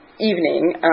evening